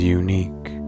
unique